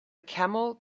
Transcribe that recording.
camel